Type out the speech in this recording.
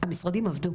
המשרדים עבדו,